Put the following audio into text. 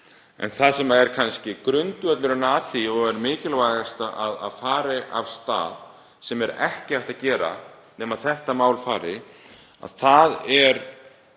En það sem er kannski grundvöllurinn að því og mikilvægast að fari af stað, sem er ekki hægt að gera nema þetta mál fari af stað, er